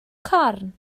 corn